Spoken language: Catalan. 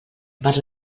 per